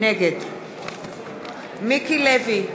נגד מיקי לוי,